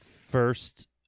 first